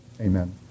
Amen